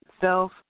self